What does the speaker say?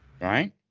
right